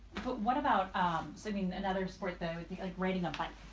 but what about seeing another sport though is like riding a bike?